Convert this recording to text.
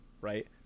right